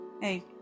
Hey